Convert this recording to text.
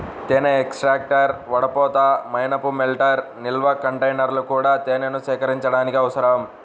తేనె ఎక్స్ట్రాక్టర్, వడపోత, మైనపు మెల్టర్, నిల్వ కంటైనర్లు కూడా తేనెను సేకరించడానికి అవసరం